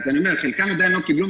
אני אומר שחלקן עדיין לא קיבלו,